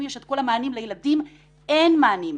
יש את כל המענים אבל לילדים אין מענים.